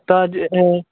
त अॼु